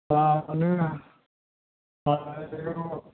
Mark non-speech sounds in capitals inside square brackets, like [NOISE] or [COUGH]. बा नो [UNINTELLIGIBLE]